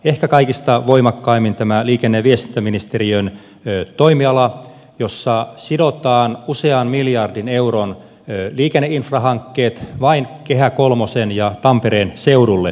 ehkä kaikista voimakkaimmin tämä näkyy liikenne ja viestintäministeriön toimialalla jossa sidotaan usean miljardin euron liikenneinfrahankkeet vain kehä kolmosen ja tampereen seudulle